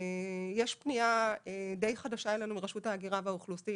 יש פניה די חדשה אלינו מרשות ההגירה והאוכלוסין,